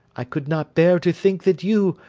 i could not bear to think that you,